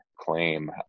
claim